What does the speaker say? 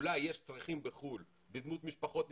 אולי יש צרכים בחו"ל בדמות משפחות נזקקות,